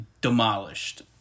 demolished